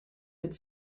could